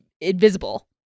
Invisible